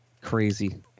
Crazy